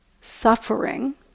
suffering